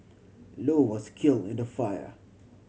low was kill in the fire